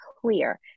clear